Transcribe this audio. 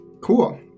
Cool